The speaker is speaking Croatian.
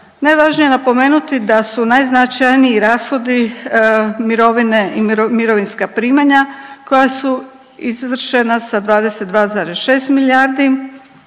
Najvažnije je napomenuti da su najznačajniji rashodi mirovine i mirovinska primanja koja su izvršena sa 22,6 milijardi